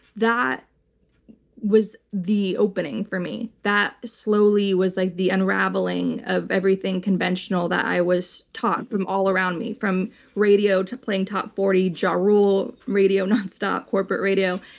that was the opening for me, that slowly was like the unraveling of everything conventional that i was taught from all around me, from radio to playing top forty ja rule radio nonstop, corporate radio.